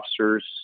officers